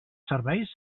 serveis